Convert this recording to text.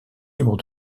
libre